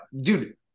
dude